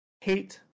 hate